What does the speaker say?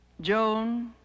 Joan